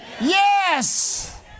yes